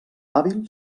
hàbil